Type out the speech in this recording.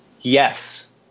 yes